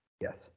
yes